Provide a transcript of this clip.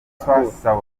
soudan